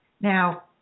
Now